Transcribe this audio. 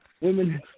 Women